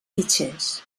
fitxers